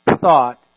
thought